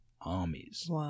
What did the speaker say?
armies